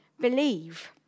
believe